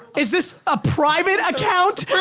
is this a private account?